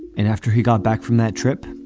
and after he got back from that trip,